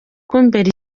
kumbera